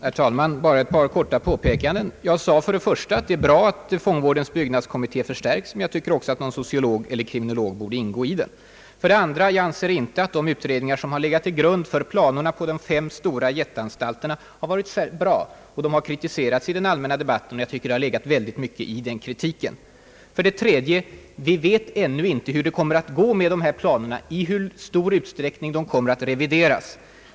Herr talman! Bara ett par korta påpekanden! Jag sade för det första, att det är bra att fångvårdens byggnadskommitté förstärks, men jag tycker att också en sociolog eller en kriminolog bör ingå i den. För det andra anser jag inte att de utredningar som legat till grund för planerna på de fem stora jätteanstalterna har varit bra, och de har starkt kritiserats i den allmänna debatten. Jag tycker att det har legat mycket i denna kritik. För det tredje: vi vet inte nu hur det kommer att gå med dessa planer, i hur stor utsträckning de kommer att revideras.